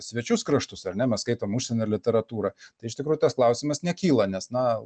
svečius kraštus ar ne mes skaitom užsienio literatūrą tai iš tikrųjų tas klausimas nekyla nes na